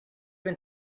been